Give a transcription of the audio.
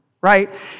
right